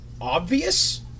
obvious